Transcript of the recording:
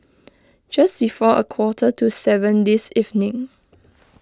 just before a quarter to seven this evening